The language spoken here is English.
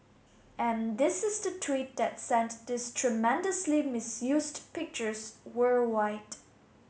and this is the tweet that sent these tremendously misused pictures worldwide